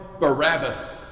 Barabbas